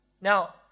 now